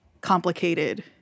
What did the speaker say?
complicated